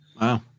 Wow